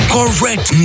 Correct